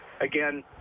again